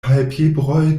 palpebroj